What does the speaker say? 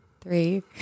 Three